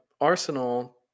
Arsenal